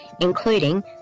including